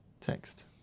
text